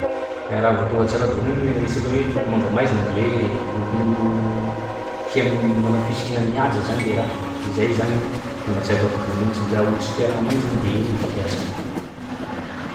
Raha vao tonga an-tsaikoato voalohany le resaka hoe loko manga maizina de hoe lokon'olo tia manao fisikina mihaja zany le raha, zay zany tonga an-tsaiko ato voalohany, ts- raha olo tsy tia mainty zany de io ro fampiasany.